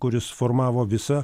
kuris formavo visą